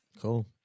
Cool